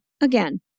again